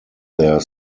their